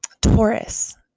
Taurus